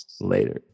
Later